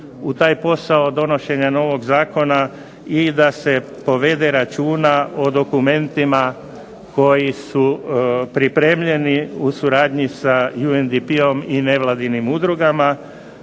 u taj posao donošenja novog zakona i da se povede računa o dokumentima koji su pripremljeni u suradnji sa UNDP-om i nevladinim udrugama,